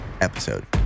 episode